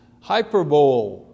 hyperbole